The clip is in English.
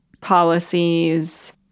policies